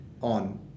on